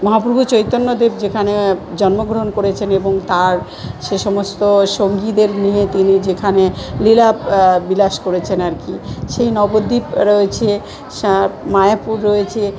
মহাপ্রভু চৈতন্যদেব যেখানে জন্মগ্রহণ করেছেন এবং তার সে সমস্ত সঙ্গীদের নিয়ে তিনি যেখানে লীলা বিলাস করেছেন আর কি সেই নবদ্বীপ রয়েছে সা মায়াপুর রয়েছে